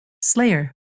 Slayer